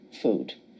food